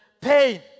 pain